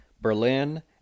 Berlin